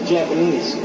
Japanese